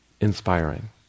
inspiring